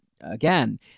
again